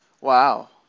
Wow